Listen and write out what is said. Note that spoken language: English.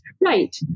right